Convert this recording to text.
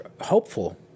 hopeful